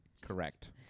Correct